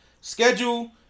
Schedule